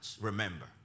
remember